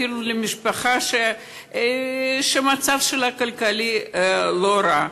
אפילו למשפחה שהמצב הכלכלי שלה לא רע.